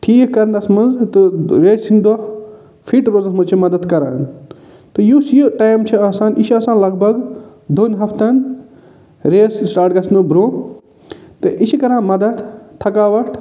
ٹھیٖک کرنَس منٛز تہٕ ریسہِ ہٕندۍ دۄہ فِٹ روزنَس منٛز چھِ مدتھ کران تہٕ یُس یہِ ٹایَم چھِ آسان یہِ چھِ آسان لَگ بَگ دوٚن ہفتَن ریس سِٹاٹ گژھنہٕ برونٛہہ تہٕ یہِ چھِ کران مدتھ تھکاوَٹ